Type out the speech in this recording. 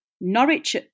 Norwich